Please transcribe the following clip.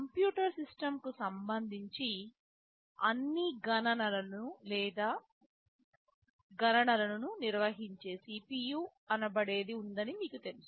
computer సిస్టమ్కి సంబంధించి అన్ని గణనలను లేదా గణనలను నిర్వహించే CPU అనబడేది ఉందని మీకు తెలుసు